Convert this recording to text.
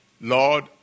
Lord